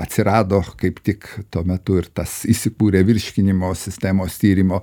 atsirado kaip tik tuo metu ir tas įsikūrė virškinimo sistemos tyrimo